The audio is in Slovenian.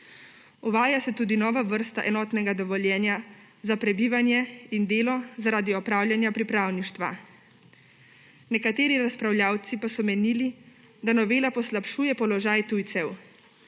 Uvaja se tudi nova vrsta enotnega dovoljenja za prebivanje in delo zaradi opravljanja pripravništva. Nekateri razpravljavci pa so menili, da novela poslabšuje položaj tujcev,